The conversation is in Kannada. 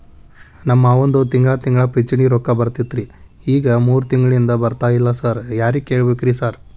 ನಮ್ ಮಾವಂದು ತಿಂಗಳಾ ತಿಂಗಳಾ ಪಿಂಚಿಣಿ ರೊಕ್ಕ ಬರ್ತಿತ್ರಿ ಈಗ ಮೂರ್ ತಿಂಗ್ಳನಿಂದ ಬರ್ತಾ ಇಲ್ಲ ಸಾರ್ ಯಾರಿಗ್ ಕೇಳ್ಬೇಕ್ರಿ ಸಾರ್?